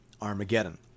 Armageddon